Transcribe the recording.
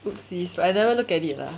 oopsies but I never look at it lah